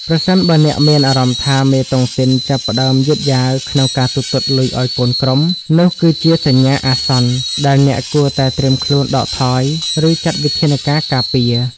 ប្រសិនបើអ្នកមានអារម្មណ៍ថា "មេតុងទីនចាប់ផ្ដើមយឺតយ៉ាវក្នុងការទូទាត់លុយឱ្យកូនក្រុម" នោះគឺជាសញ្ញាអាសន្នដែលអ្នកគួរតែត្រៀមខ្លួនដកថយ ឬចាត់វិធានការការពារ។